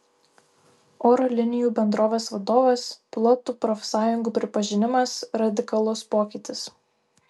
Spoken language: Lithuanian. oro linijų bendrovės vadovas pilotų profsąjungų pripažinimas radikalus pokytis